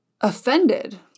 offended